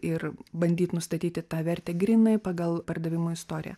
ir bandyt nustatyti tą vertę grynai pagal pardavimų istoriją